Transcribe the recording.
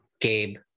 Gabe